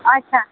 અચ્છા